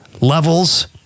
levels